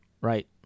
right